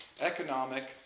Economic